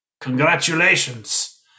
Congratulations